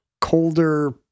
colder